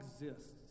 exists